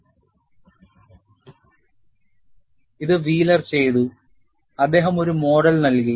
Wheeler model ഇത് Wheeler ചെയ്തു അദ്ദേഹം ഒരു മോഡൽ നൽകി